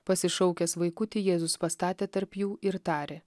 pasišaukęs vaikutį jėzus pastatė tarp jų ir tarė